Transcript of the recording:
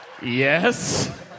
Yes